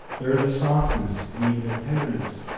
there is a softness and even a tenderness,